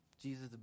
Jesus